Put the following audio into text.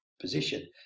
position